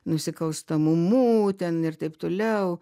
nusikalstamumu ten ir taip toliau